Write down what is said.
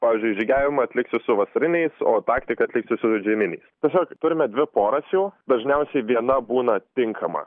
pavyzdžiui žygiavimą atliksiu su vasariniais o taktiką atliksiu su žieminiais tiesiog turime dvi poras jų dažniausiai viena būna tinkama